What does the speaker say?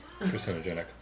carcinogenic